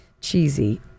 cheesy